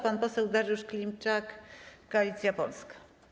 Pan poseł Dariusz Klimczak, Koalicja Polska.